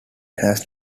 had